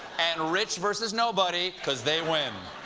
and rich versus nobody, because they win.